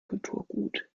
kulturgut